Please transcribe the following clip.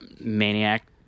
Maniac